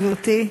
גברתי,